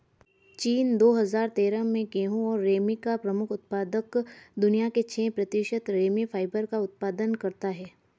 चीन, दो हजार तेरह में गेहूं और रेमी का प्रमुख उत्पादक, दुनिया के छह प्रतिशत रेमी फाइबर का उत्पादन करता है